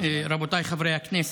רבותיי חברי הכנסת,